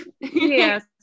Yes